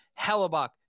Hellebuck